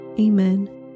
Amen